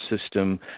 system